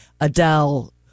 Adele